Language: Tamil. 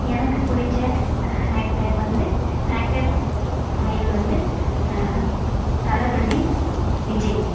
எனக்கு பிடிச்ச ஆக்டர் வந்து ஆக்டர் மேல் வந்து தளபதி விஜய்